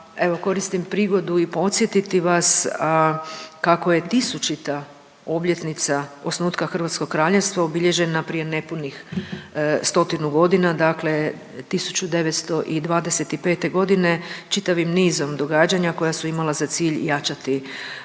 koristim prigodu i podsjetiti vas kako je tisućita obljetnica osnutka hrvatskog kraljevstva obilježena prije nepunih stotinu godina, dakle 1925 godine čitavim nizom događanja koja su imala za cilj jačati